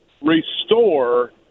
restore